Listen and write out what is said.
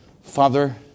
Father